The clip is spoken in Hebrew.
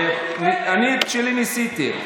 אני את שלי ניסיתי.